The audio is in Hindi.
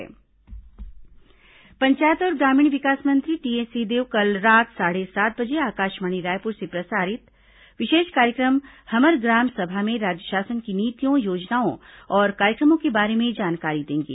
हमर ग्राम सभा पंचायत और ग्रामीण विकास मंत्री टीएस सिंहदेव कल रात साढ़े सात बजे आकाशवाणी रायपुर से प्रसारित विशेष कार्यक्रम हमर ग्राम सभा में राज्य शासन की नीतियों योजनाओं और कार्यक्रमों के बारे में जानकारी देंगे